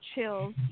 chills